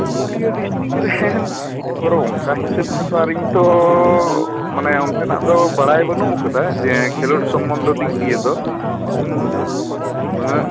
Purulia district ᱨᱮᱱ ᱮᱯᱚᱨᱮ ᱚᱱᱠᱟ ᱦᱤᱥᱟ ᱵ ᱛᱮᱛᱚ ᱟᱨ ᱤᱧ ᱛᱚ ᱢᱟᱱᱮ ᱚᱱᱛᱮᱱᱟᱜ ᱫᱚ ᱵᱟᱲᱟᱭ ᱵᱟ ᱱᱩᱜ ᱟᱠᱟᱫᱟ ᱡᱮ ᱠᱷᱮᱞᱚᱰ ᱥᱚᱢᱵᱚᱱᱫᱤ ᱫᱤᱜᱽ ᱫᱤᱭᱟ ᱫᱚ ᱩᱱᱟ ᱜ